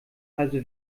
also